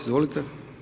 Izvolite.